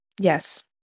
Yes